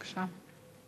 בבקשה.